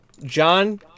John